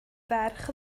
ferch